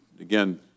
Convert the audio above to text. again